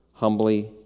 humbly